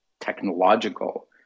technological